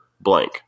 blank